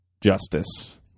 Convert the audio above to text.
Justice